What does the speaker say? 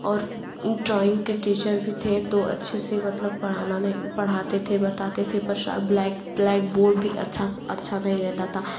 और ड्रॉइंग के टीचर भी थे तो अच्छे से मतलब पढ़ना नहीं पढ़ाते थे बताते थे ब्लैक ब्लैक बोर्ड भी अच्छा सा अच्छा नहीं रहता था